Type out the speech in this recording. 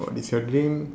is your dream